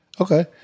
Okay